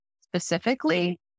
specifically